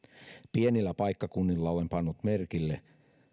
pienillä paikkakunnilla olen pannut merkille